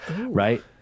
right